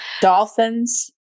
Dolphins